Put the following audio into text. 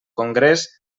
congrés